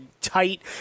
tight